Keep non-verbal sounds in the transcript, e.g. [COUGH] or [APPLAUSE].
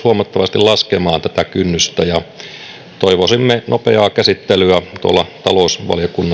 [UNINTELLIGIBLE] huomattavasti laskemaan tätä kynnystä toivoisimme nopeaa käsittelyä tuolla talousvaliokunnassa ja lain nopeaa